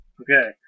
Okay